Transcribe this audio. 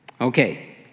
Okay